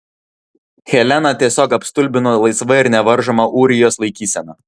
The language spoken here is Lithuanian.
heleną tiesiog apstulbino laisva ir nevaržoma ūrijos laikysena